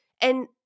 And-